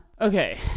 Okay